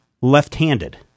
left-handed